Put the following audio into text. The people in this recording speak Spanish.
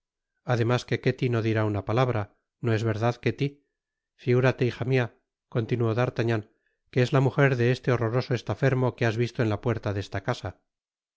además que ketty no dirá una palabra no es verdad ketty figúrate hija mia con tinuó d'artagnan que es la mujer de este horroroso estafermo que has visto en la puerta de esa casa